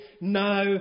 now